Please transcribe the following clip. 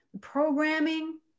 programming